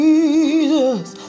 Jesus